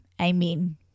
amen